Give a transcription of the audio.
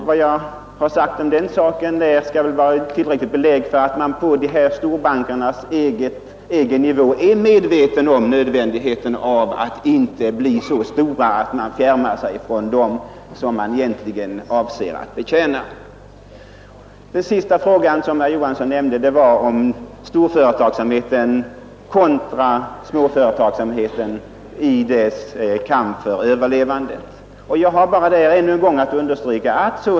Vad jag har sagt om den saken skall väl vara ett tillräckligt belägg för att man på de här storbankernas egen nivå är medveten om nödvändigheten av att inte bli så stor att man fjärmar sig från dem man egentligen avser att betjäna. Herr Johansson talade också om en kamp för att överleva som förs mellan storföretagsamheten och småföretagsamheten.